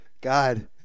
God